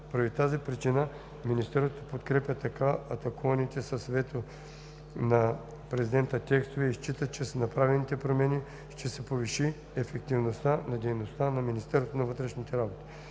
Поради тази причина Министерството подкрепя така атакуваните с ветото на президента текстове и счита, че с направените промени ще се повиши ефективността на дейността на Министерството на вътрешните работи.